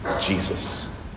Jesus